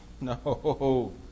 No